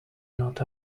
not